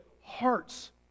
hearts